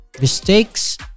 mistakes